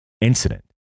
incident